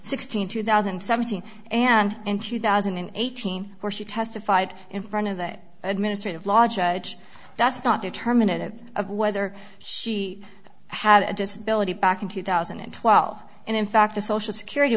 sixteen two thousand and seventeen and in two thousand and eighteen where she testified in front of the administrative law judge that's not determinative of whether she had a disability back in two thousand and twelve and in fact the social security